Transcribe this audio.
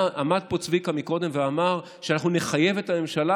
עמד פה צביקה ואמר שאנחנו נחייב את הממשלה